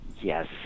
yes